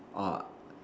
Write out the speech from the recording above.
are